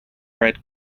red